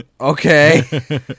okay